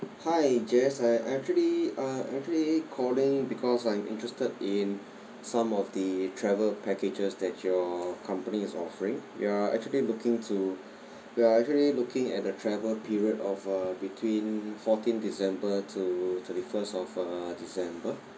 hi jess I actually uh actually calling because I'm interested in some of the travel packages that your company is offering we are actually looking to we are actually looking at the travel period of uh between fourteen december two thirty first of uh december